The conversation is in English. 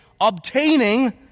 obtaining